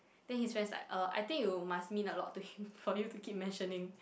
then his friends like uh I think you must mean a lot to him for you to keep mentioning